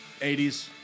80s